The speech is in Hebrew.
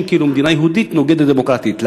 כאילו מדינה יהודית נוגדת דמוקרטית.